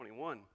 21